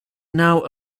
now